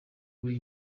uri